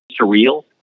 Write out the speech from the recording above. surreal